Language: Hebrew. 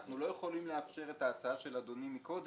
אנחנו לא יכולים לאפשר את ההצעה של אדוני מקודם,